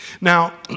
Now